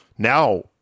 Now